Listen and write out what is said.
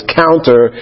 counter